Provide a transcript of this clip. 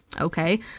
okay